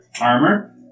armor